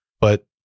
But-